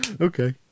Okay